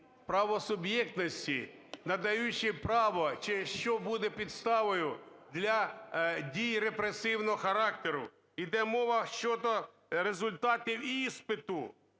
правосуб'єктності. Надаючи право, через що буде підставою для дії репресивного характеру. Йде мова щодо результатів іспиту